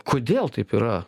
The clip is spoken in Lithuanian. kodėl taip yra